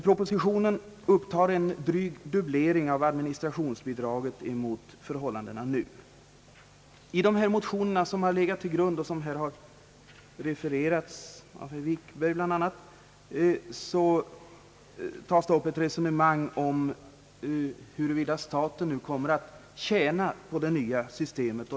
Propositionen går ut på en dryg dubblering mot tidigare av administrationsbidraget. I de motioner som har legat till grund för reservationen och som har refererats av herr Wikberg tas upp frågan om staten nu kommer att tjäna på det nya systemet.